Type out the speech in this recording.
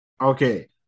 Okay